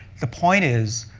the point is,